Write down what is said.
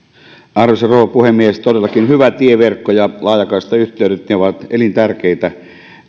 arvoisa rouva puhemies todellakin hyvä tieverkko ja laajakaistayhteydet ovat elintärkeitä